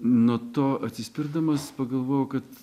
nuo to atsispirdamas pagalvojau kad